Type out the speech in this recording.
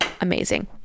amazing